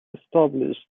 established